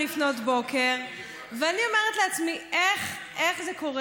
04:00. ואני אומרת לעצמי: איך זה קורה